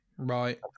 right